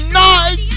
night